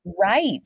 Right